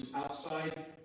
outside